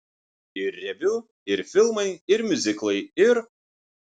ir reviu ir filmai ir miuziklai ir